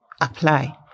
apply